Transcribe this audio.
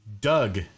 Doug